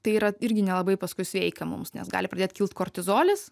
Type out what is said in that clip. tai yra irgi nelabai paskui sveika mums nes gali pradėt kilt kortizolis